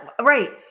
Right